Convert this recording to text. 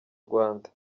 rwanda